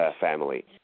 family